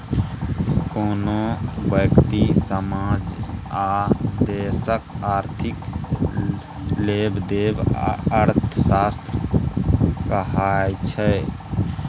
कोनो ब्यक्ति, समाज आ देशक आर्थिक लेबदेब अर्थशास्त्र कहाइ छै